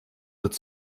wird